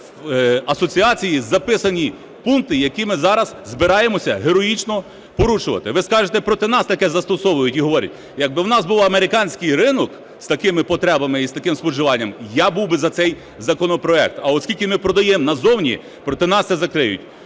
асоціації записані пункти, які ми зараз збираємося героїчно порушувати. Ви скажете проти нас таке застосовують і говорять. Якби у нас був американський ринок з такими потребами і з таким споживанням, я був би за цей законопроект, а оскільки ми продаємо назовні, проти нас це закриють.